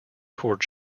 toward